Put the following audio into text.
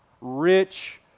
rich